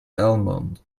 almond